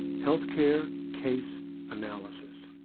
health care case analysis.